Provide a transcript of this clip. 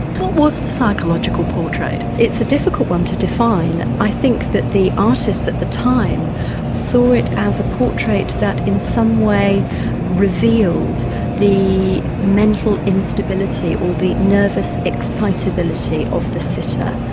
what was the psychological portrait? it's a difficult one to define. i think that the artists at the time saw it as a portrait that in some way revealed the mental instability or the nervous excitability of the sitter.